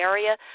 Area